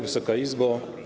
Wysoka Izbo!